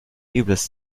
übles